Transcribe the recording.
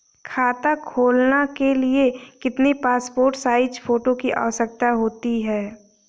खाता खोलना के लिए कितनी पासपोर्ट साइज फोटो की आवश्यकता होती है?